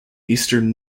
eastern